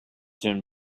turn